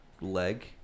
leg